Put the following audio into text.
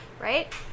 right